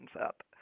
up